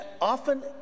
often